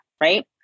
right